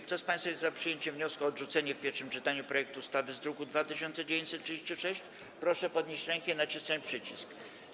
Kto z państwa jest za przyjęciem wniosku o odrzucenie w pierwszym czytaniu projektu ustawy z druku nr 2936, proszę podnieść rękę i nacisnąć przycisk.